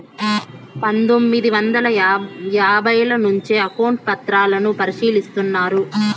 పందొమ్మిది వందల యాభైల నుంచే అకౌంట్ పత్రాలను పరిశీలిస్తున్నారు